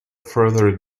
further